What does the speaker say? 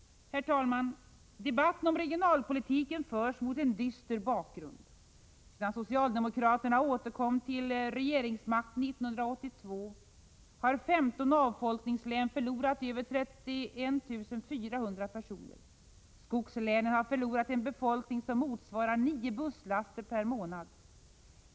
Debatten om regionalpolitiken förs mot en dyster bakgrund. Sedan socialdemokraterna återkom till regeringsmakten 1982 har 15 avfolkningslän förlorat över 31 400 personer. Skogslänen har förlorat en befolkning som motsvarar 9 busslaster per månad.